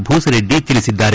ಭೂಸರೆಡ್ಡಿ ತಿಳಿಸಿದ್ದಾರೆ